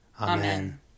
Amen